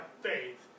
faith